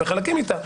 אני מבין,